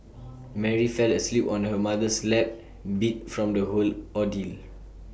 Mary fell asleep on her mother's lap beat from the whole ordeal